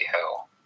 hell